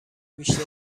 بیشتری